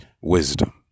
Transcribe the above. wisdom